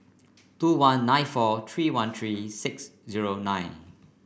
two one nine four three one three six zero nine